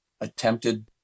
attempted